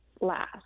last